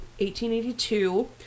1882